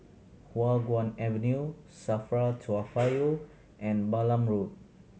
Hua Guan Avenue SAFRA Toa Payoh and Balam Road